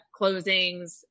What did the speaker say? closings